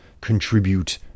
contribute